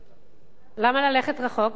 למה ללכת רחוק?